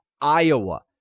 Iowa